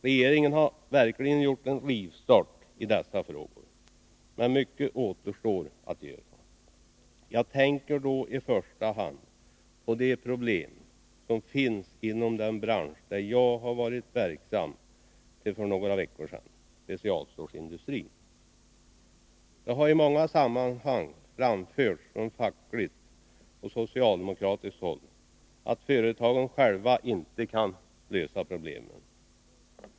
Regeringen har verkligen gjort en rivstart för att lösa dessa frågor, men mycket återstår att göra. Jag tänker då i första hand på de problem som finns inom den bransch där jag har varit verksam till för några veckor sedan, nämligen specialstålsindustrin. Det har i många sammanhang framförts från fackligt och socialdemokratiskt håll att företagen själva inte kan lösa problemen.